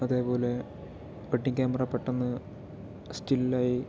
അതേപോലെ wedding camera പെട്ടന്ന് സ്റ്റില്ലായി